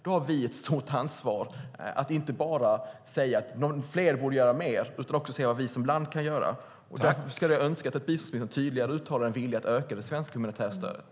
Då har vi i Sverige ett stort ansvar att inte bara säga att fler borde göra mer utan att också säga vad vi som land kan göra. Därför önskar jag att biståndsministern tydligare uttalar en vilja att öka det svenska humanitära stödet.